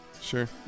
Sure